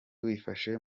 wifashe